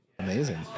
Amazing